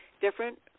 different